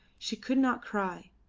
she could not cry,